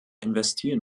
investieren